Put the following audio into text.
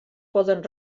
poden